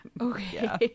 Okay